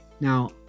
Now